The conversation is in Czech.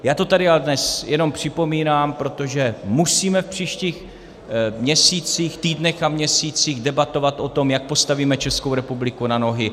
Já to tady ale dnes jenom připomínám, protože musíme v příštích měsících, týdnech a měsících debatovat o tom, jak postavíme Českou republiku na nohy.